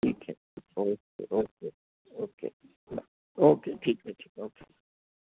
ठीक आहे okay okay okay हां ओके ठीक आहे ठीक आहे ओके